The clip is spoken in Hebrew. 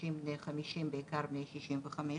אנשים בעיקר בני 65 פלוס,